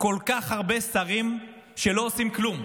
כל כך הרבה שרים שלא עושים כלום?